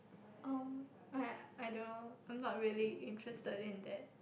um I I don't know I'm not really interested in that